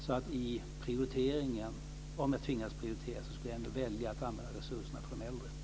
Om jag tvingas prioritera skulle jag ändå välja att använda resurserna för de äldre.